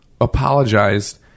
apologized